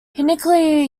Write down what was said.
hinckley